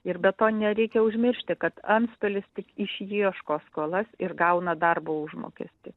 ir be to nereikia užmiršti kad antstolis tik išieško skolas ir gauna darbo užmokestį